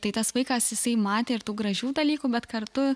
tai tas vaikas jisai matė ir tų gražių dalykų bet kartu